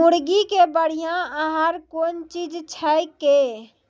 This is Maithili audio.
मुर्गी के बढ़िया आहार कौन चीज छै के?